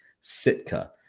Sitka